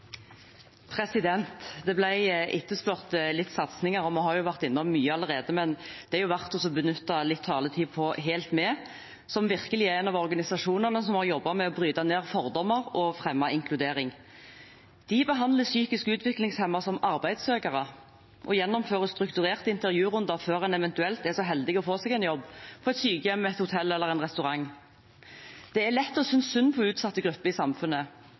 verdt å benytte litt taletid på HELT MED, som virkelig er en av organisasjonene som har jobbet med å bryte ned fordommer og fremme inkludering. De behandler psykisk utviklingshemmede som arbeidssøkere og gjennomfører strukturerte intervjurunder før en eventuelt er så heldig å få seg en jobb på et sykehjem, et hotell eller en restaurant. Det er lett å synes synd på utsatte grupper i samfunnet,